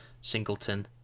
singleton